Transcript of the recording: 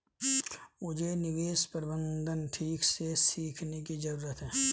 मुझे निवेश प्रबंधन ठीक से सीखने की जरूरत है